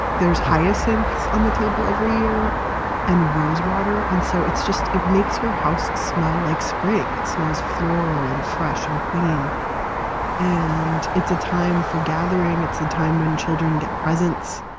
there's hyacinths on the table every year and rosewater. and so it's just, it makes your house smell like spring. it smells floral and fresh and clean and it's a time for gathering. it's a time when children get presents.